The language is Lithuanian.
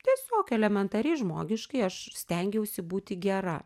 tiesiog elementariai žmogiškai aš stengiausi būti gera